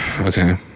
Okay